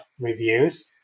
reviews